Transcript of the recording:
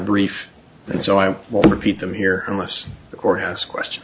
brief and so i won't repeat them here unless the court has question